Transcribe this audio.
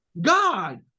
God